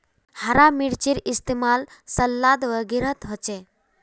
हरा मिर्चै इस्तेमाल सलाद वगैरहत होचे